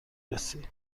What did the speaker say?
رسی